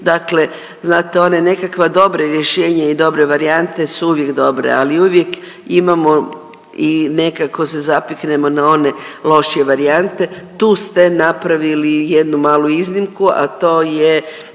Dakle, znate ono nekakvo dobro rješenje i dobre varijante su uvijek dobre ali uvijek imamo i nekako se zapiknemo na one lošije varijante. Tu ste napravili jednu malu iznimku, a to je